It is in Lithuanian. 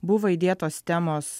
buvo įdėtos temos